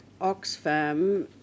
Oxfam